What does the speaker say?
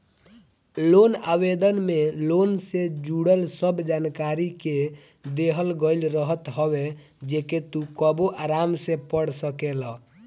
loan आवेदन में loan से जुड़ल सब जानकरी के देहल गईल रहत हवे जेके तू कबो आराम से पढ़ सकेला